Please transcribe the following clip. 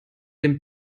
dem